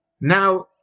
Now